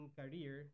career